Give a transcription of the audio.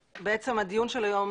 הדיון של היום,